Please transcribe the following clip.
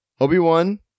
Obi-Wan